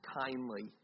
kindly